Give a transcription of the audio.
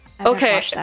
Okay